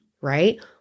right